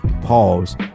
Pause